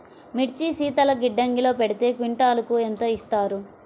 మిర్చి శీతల గిడ్డంగిలో పెడితే క్వింటాలుకు ఎంత ఇస్తారు?